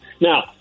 now